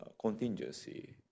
contingency